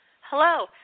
Hello